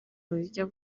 buryo